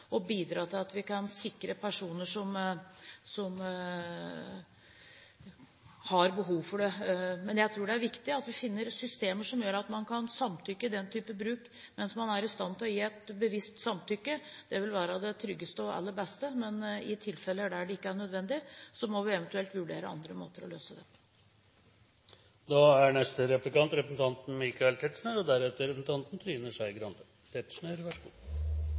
bidra til at vi kan sikre personer som har behov for det. Men jeg tror det er viktig at vi finner systemer som gjør at man kan samtykke til den type bruk mens man er i stand til å gi et bevisst samtykke. Det vil være det tryggeste og aller beste, men i tilfeller der det ikke er nødvendig, må vi eventuelt vurdere andre måter å løse det på. Jeg noterte at statsråden innenfor sine tilmålte minutter ikke tok opp forespørsler fra saksordføreren, så